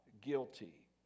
guilty